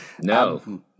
No